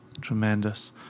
Tremendous